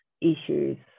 issues